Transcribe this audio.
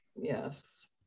yes